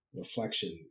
reflection